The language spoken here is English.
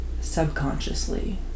subconsciously